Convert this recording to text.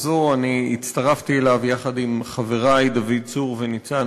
יציג אותה חבר הכנסת דב חנין, בבקשה.